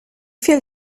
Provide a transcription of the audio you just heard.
viel